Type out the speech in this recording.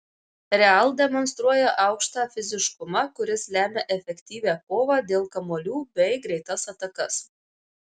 real demonstruoja aukštą fiziškumą kuris lemia efektyvią kovą dėl kamuolių bei greitas atakas